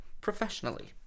professionally